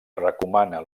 recomana